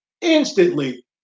instantly